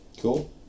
Cool